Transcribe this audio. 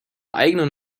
eigenen